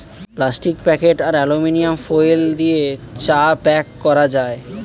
plastic packet আর aluminium foil দিয়ে চা প্যাক করা যায়